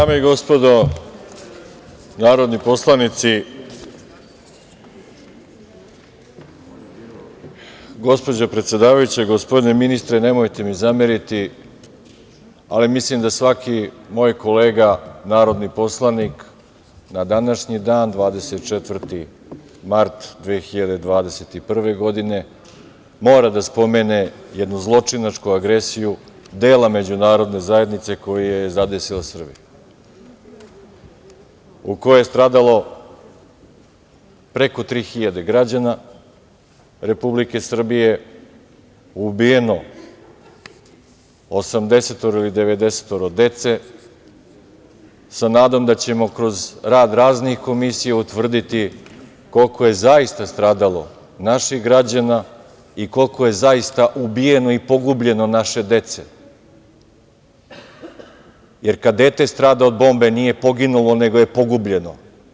Dame i gospodo narodni poslanici, gospođo predsedavajuća, gospodine ministre, nemojte mi zameriti, ali mislim da svaki moj kolega, narodni poslanik, na današnji dan, 24. mart 2021. godine, mora da spomene jednu zločinačku agresiju, dela međunarodne zajednice koju je zadesila Srbija, u kojoj je stradalo preko 3.000 građana Republike Srbije, ubijeno osamdesetoro ili devedesetoro dece, sa nadom da ćemo kroz rad raznih komisija utvrditi koliko je zaista stradalo naših građana i koliko je zaista ubijeno i pogubljeno naše dece, jer kada dete strada od bombe, nije poginulo, nego je pogubljeno.